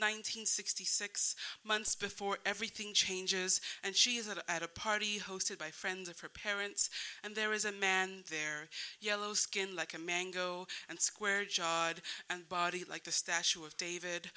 hundred sixty six months before everything changes and she is at at a party hosted by friends of her parents and there is a man there yellow skin like a mango and square jawed body like the statue of david